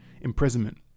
imprisonment